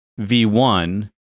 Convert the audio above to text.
V1